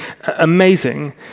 amazing